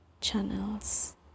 Channels